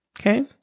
Okay